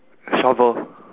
shovel